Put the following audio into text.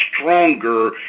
stronger